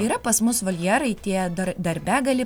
yra pas mus voljerai tie dar darbe gali